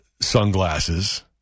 sunglasses